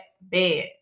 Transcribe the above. bed